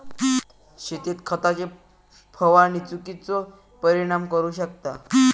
शेतीत खताची फवारणी चुकिचो परिणाम करू शकता